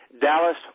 Dallas